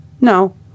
no